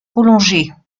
prolongées